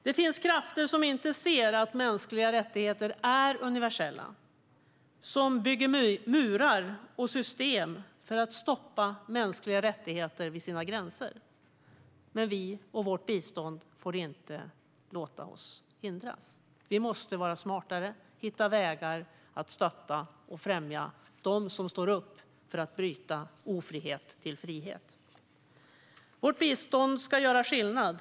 Det finns krafter som inte ser att mänskliga rättigheter är universella, krafter som bygger murar och system för att stoppa mänskliga rättigheter vid sina gränser. Men vi och vårt bistånd får inte låta oss hindras. Vi måste vara smartare och hitta vägar att stötta och främja dem som står upp för att bryta ofrihet till frihet. Vårt bistånd ska göra skillnad.